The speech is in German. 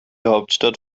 hauptstadt